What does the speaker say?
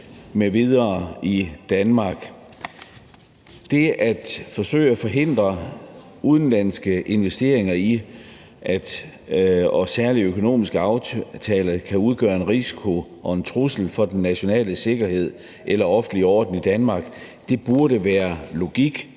at det er et ædelt formål at forhindre, at udenlandske investeringer og særlige økonomiske aftaler kan udgøre en risiko og en trussel for den nationale sikkerhed eller offentlige orden i Danmark. Desværre var vi